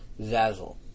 Zazzle